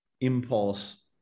impulse